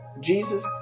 Jesus